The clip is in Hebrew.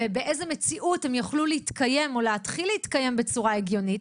באיזו מציאות הם יוכלו להתקיים או להתחיל להתקיים בצורה הגיונית,